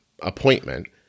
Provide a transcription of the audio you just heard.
appointment